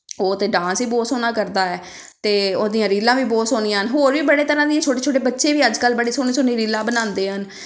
ਉਹ ਤਾਂ ਡਾਂਸ ਹੀ ਬਹੁਤ ਸੋਹਣਾ ਕਰਦਾ ਹੈ ਅਤੇ ਉਹਦੀਆਂ ਰੀਲਾਂ ਵੀ ਬਹੁਤ ਸੋਹਣੀਆਂ ਹਨ ਹੋਰ ਵੀ ਬੜੇ ਤਰ੍ਹਾਂ ਦੀਆਂ ਛੋਟੇ ਛੋਟੇ ਬੱਚੇ ਵੀ ਅੱਜ ਕੱਲ੍ਹ ਬੜੇ ਸੋਹਣੇ ਸੋਹਣੇ ਰੀਲਾਂ ਬਣਾਉਂਦੇ ਹਨ